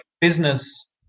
business